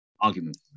argument